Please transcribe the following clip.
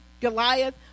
Goliath